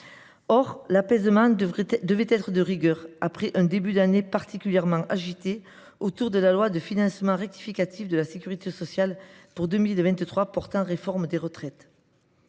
L’apaisement devait pourtant être de rigueur, après un début d’année particulièrement agité autour de la loi de financement rectificative de la sécurité sociale pour 2023 portant réforme des retraites.